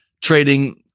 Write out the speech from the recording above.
trading